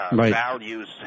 values